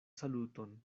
saluton